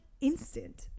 instant